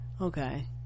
Okay